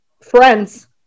friends